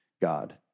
God